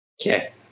Okay